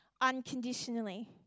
unconditionally